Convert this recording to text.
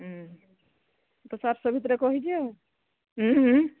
ହୁଁ ତ ଚାରିଶହ ଭିତରେ କହିଛି ଆଉ ଉଁ ହୁଁ